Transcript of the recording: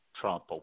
Trump